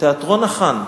תיאטרון "החאן".